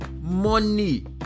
money